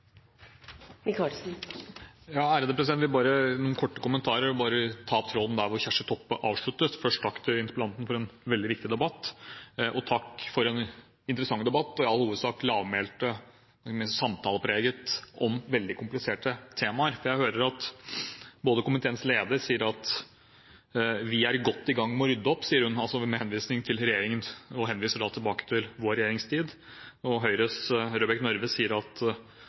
for en veldig viktig debatt, og takk for en interessant debatt, i all hovedsak lavmælt og samtalepreget, om veldig kompliserte temaer. Jeg vil ta opp tråden der Kjersti Toppe avsluttet. Jeg hører at komiteens leder sier at regjeringen er godt i gang med å rydde opp, og viser da tilbake til vår regjeringstid. Høyres Røbekk Nørve sier at den forrige regjeringen «trenerte» arbeidet med disse spørsmålene. Jeg har ikke noe behov for å kommentere det, annet enn å si at